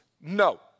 No